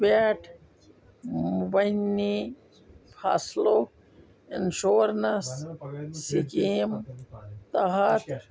پٮ۪ٹھ مُبنی فصلُک اِنشورنَس سِکیٖم تحت